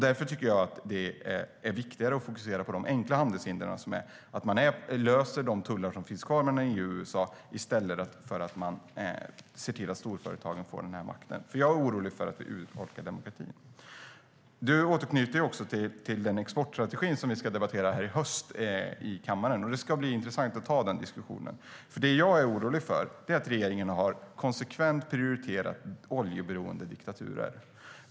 Därför tycker jag att det är viktigare att fokusera på de enkla handelshindren och på att lösa frågan om de tullar som finns kvar mellan EU och USA i stället för att ge storföretagen denna makt. Jag är orolig för att demokratin urholkas. Jag är orolig för att regeringen konsekvent har prioriterat oljeberoende diktaturer.